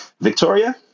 Victoria